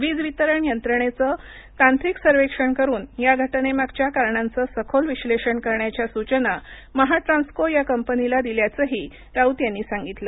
वीज वितरण यंत्रणेचं तांत्रिक सर्वेक्षण करून या घटनेमागच्या कारणांचं सखोल विश्नेषण करण्याच्या सूचना महाट्रान्सको या कंपनीला दिल्याचही राऊत यांनी सांगितलं